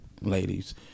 ladies